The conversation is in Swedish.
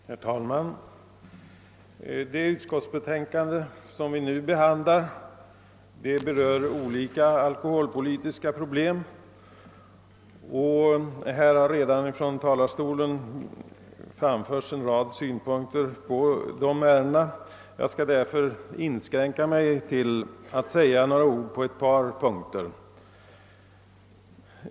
Herr talman! Det utskottsbetänkande som vi nu behandlar berör olika alkoholpolitiska problem. Från talarstolen har här redan framförts en rad synpunkter på dessa ärenden. Jag skall därför inskränka mig till att säga några ord om ett par saker.